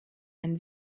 ein